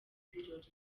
birori